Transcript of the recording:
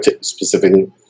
specifically